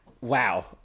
Wow